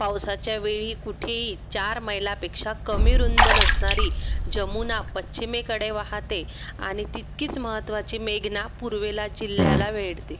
पावसाच्या वेळी कुठेही चार मैलापेक्षा कमी रुंद नसणारी जमुना पच्छिमेकडे वहाते आणि तितकीच महत्त्वाची मेगना पूर्वेला जिल्ह्याला वेढते